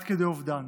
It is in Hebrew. עד כדי אובדן.